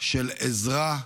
של עזרה,